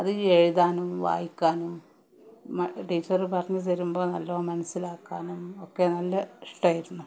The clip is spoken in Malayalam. അത് എഴുതാനും വായിക്കാനും ടീച്ചര് പറഞ്ഞ് തരുമ്പോള് നല്ലവണ്ണം മൻസ്സിലാക്കാനും ഒക്കെ നല്ല ഇഷ്ടമായിരുന്നു